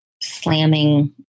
slamming